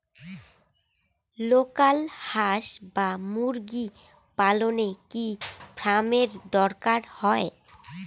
Local হাস বা মুরগি পালনে কি ফার্ম এর দরকার হয়?